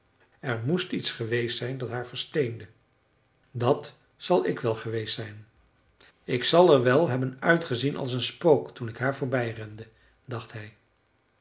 er moest iets geweest zijn dat haar versteende dat zal ik wel geweest zijn ik zal er wel hebben uitgezien als een spook toen ik haar voorbij rende dacht hij